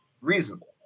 reasonable